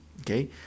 okay